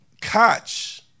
catch